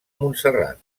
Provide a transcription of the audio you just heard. montserrat